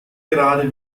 gerade